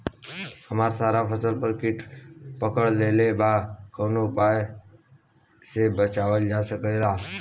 हमर सारा फसल पर कीट पकड़ लेले बा कवनो उपाय से बचावल जा सकेला?